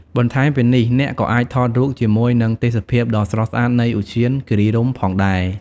បន្ថែមពីនេះ អ្នកក៏អាចថតរូបជាមួយនឹងទេសភាពដ៏ស្រស់ស្អាតនៃឧទ្យានគិរីរម្យផងដែរ។